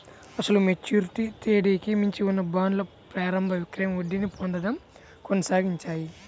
అసలు మెచ్యూరిటీ తేదీకి మించి ఉన్న బాండ్లు ప్రారంభ విక్రయం వడ్డీని పొందడం కొనసాగించాయి